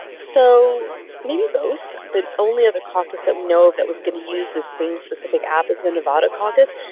so maybe both. the only other caucus that we know that was going to use the same specific app is the nevada caucus.